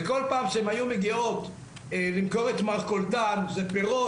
כל פעם שהיו מגיעות למכור את מרכולתן פירות